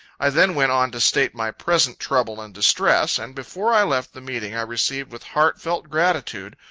i then went on to state my present trouble and distress and before i left the meeting, i received with heart-felt gratitude,